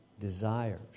desires